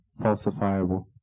falsifiable